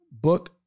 book